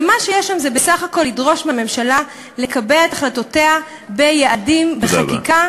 ומה שיש שם זה בסך הכול לדרוש מהממשלה לקבע את החלטותיה ביעדים ובחקיקה.